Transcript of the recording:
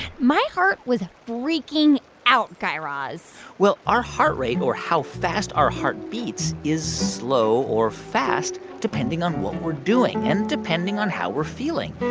my heart was freaking out, guy raz well, our heart rate, or how fast our heart beats, is slow or fast depending on what we're doing and depending on how we're feeling.